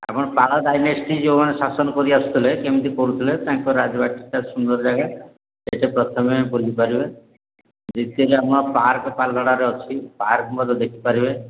ଆପଣ ପାଳ ଡାଇନେଷ୍ଟି ଯେଉଁମାନେ ଶାସନ କରି ଆସୁଥିଲେ କେମିତି କରୁଥିଲେ ତାଙ୍କ ରାଜବାଟୀଟା ସୁନ୍ଦର ଜାଗା ସେଠି ପ୍ରଥମେ ଆପଣ ବୁଲି ପାରିବେ ଦ୍ୱିତୀୟରେ ଆପଣ ପାର୍କ ପାଲଗଡ଼ାରେ ଅଛି ପାର୍କ ମଧ୍ୟ ଦେଖିପାରିବେ